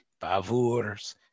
bavurs